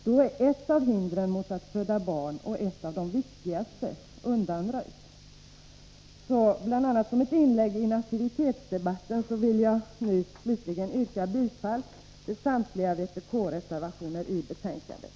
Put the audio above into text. Då skulle ett av hindren för att föda barn, ett av de viktigare, undanröjas. Bl. a. som ett inlägg i nativitetsdebatten vill jag yrka bifall till samtliga vpk-reservationer i betänkandet.